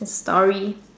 story